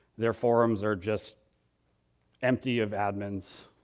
their forums are just empty of admins.